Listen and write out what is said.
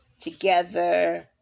together